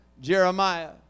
Jeremiah